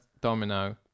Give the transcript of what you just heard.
domino